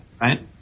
Right